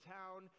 town